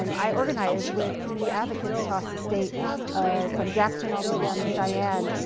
um i organized with community advocates across the state from jackson, all the way down to cheyenne,